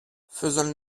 faisons